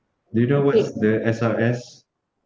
do you know what's the S_R_S